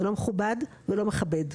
זה לא מכובד ולא מכבד.